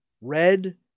red